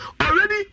Already